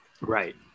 right